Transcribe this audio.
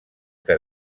que